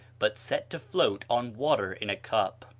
but set to float on water in a cup.